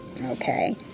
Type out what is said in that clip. okay